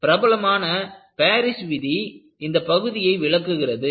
பிரபலமான பாரிஸ் விதி இந்த பகுதியை விளக்குகிறது